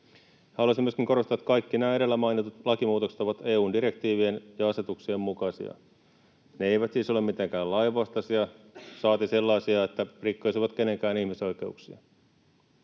Haluaisin myöskin korostaa, että kaikki nämä edellä mainitut lakimuutokset ovat EU:n direktiivien ja asetuksien mukaisia. Ne eivät siis ole mitenkään lainvastaisia saati sellaisia, että rikkoisivat kenenkään ihmisoikeuksia.